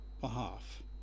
behalf